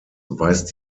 weist